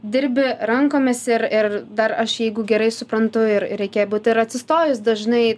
dirbi rankomis ir ir dar aš jeigu gerai suprantu ir reikia būt ir atsistojus dažnai